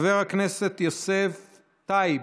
חבר הכנסת יוסף טייב,